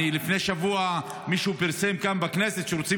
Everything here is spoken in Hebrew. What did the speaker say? לפני שבוע מישהו פרסם כאן בכנסת שרוצים